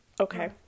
okay